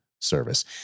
service